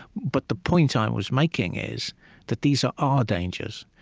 but the point i was making is that these are our dangers.